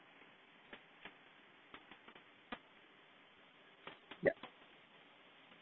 yup